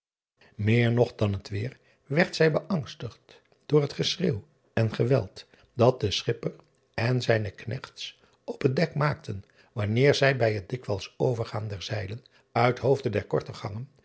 eer nog dan het weêr werd zij beangstigd door het geschreeuw en geweld dat de chipper en zijne knechts op het dek maakten wanneer zij bij het dikwijls overgaan der zeilen uit hoofde der korte gangen